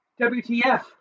WTF